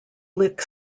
lick